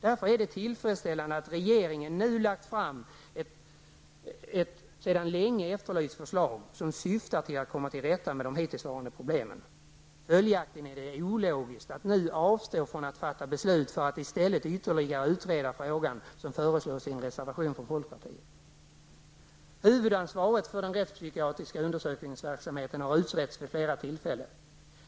Därför är det tillfredsställande att regeringen nu har lagt fram ett sedan länge efterlyst förslag, som syftar till att komma till rätta med de hittillsvarande problemen. Följaktligen är det ologiskt att nu avstå från att fatta beslut för att i stället ytterligare utreda frågan, vilket föreslås i en reservation från folkpartiet. Huvudmannaansvaret för den rättspsykiatriska undersökningsverksamheten har utretts vid flera tillfällen.